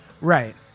Right